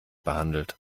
behandelt